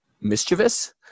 mischievous